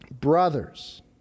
brothers